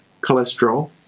cholesterol